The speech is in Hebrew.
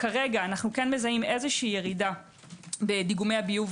כרגע אנו מזהים ירידה בדיגומי הביוב